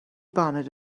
baned